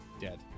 dead